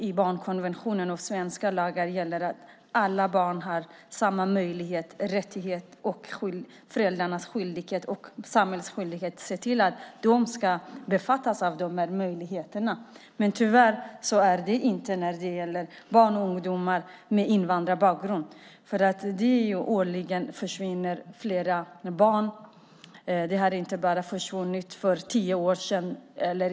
I barnkonventionen och i svenska lagar står det att alla barn ska ha samma möjligheter och rättigheter och att föräldrarna och samhället har skyldighet att se till att de omfattas av de här möjligheterna. Men tyvärr är det inte så när det gäller barn och ungdomar med invandrarbakgrund. Årligen försvinner flera barn. Det hände inte bara för tio år sedan.